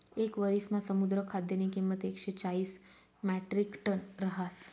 येक वरिसमा समुद्र खाद्यनी किंमत एकशे चाईस म्याट्रिकटन रहास